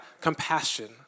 compassion